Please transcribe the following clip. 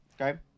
okay